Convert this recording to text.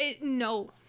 No